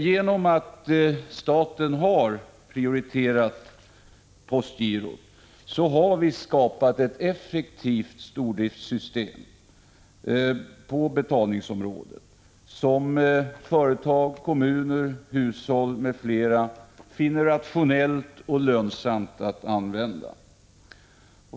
Genom att staten har prioriterat postgirot har vi skapat ett effektivt stordriftssystem på betalningsområdet, som företag, kommuner, hushåll, m.fl. finner rationellt och lönsamt att använda.